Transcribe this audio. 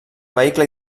vehicle